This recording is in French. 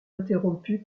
interrompues